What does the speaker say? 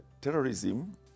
terrorism